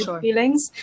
feelings